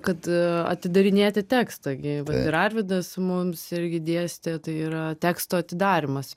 kad atidarinėti tekstą gi ir arvydas mums irgi dėstė tai yra teksto atidarymas